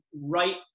right